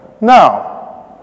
Now